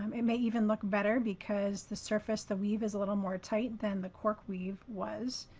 um it may even look better because the surface, the weave is a little more tight than the cork weave was.